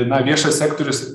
na viešas sektorius